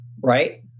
right